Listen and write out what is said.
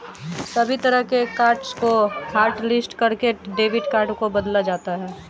सभी तरह के कार्ड्स को हाटलिस्ट करके डेबिट कार्ड को बदला जाता है